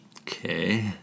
Okay